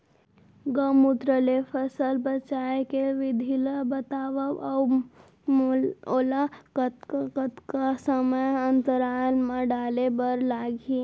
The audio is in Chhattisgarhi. गौमूत्र ले फसल बचाए के विधि ला बतावव अऊ ओला कतका कतका समय अंतराल मा डाले बर लागही?